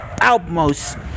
outmost